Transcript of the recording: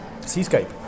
Seascape